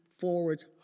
forwards